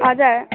हजुर